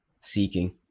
seeking